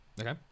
Okay